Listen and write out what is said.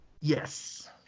Yes